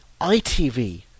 ITV